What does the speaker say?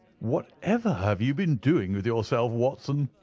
whatever have you been doing with yourself, watson?